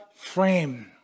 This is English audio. frame